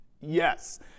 Yes